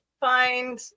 find